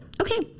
Okay